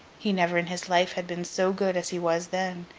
he never in his life had been so good as he was then.